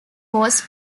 was